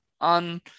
on